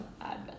Advent